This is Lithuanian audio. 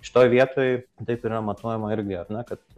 šitoj vietoj taip yra matuojama irgi ar ne kad